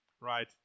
right